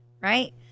right